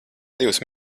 divus